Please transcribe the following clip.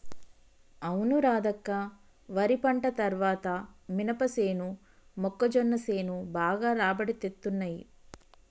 అవును రాధక్క వరి పంట తర్వాత మినపసేను మొక్కజొన్న సేను బాగా రాబడి తేత్తున్నయ్